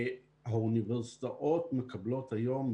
האוניברסיטאות מקבלות היום,